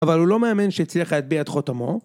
אבל הוא לא מאמן שהצליח להתביע את חותמו